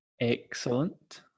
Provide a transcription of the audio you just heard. excellent